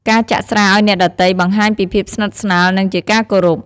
ការចាក់ស្រាឲ្យអ្នកដទៃបង្ហាញពីភាពស្និទ្ធស្នាលនិងជាការគោរព។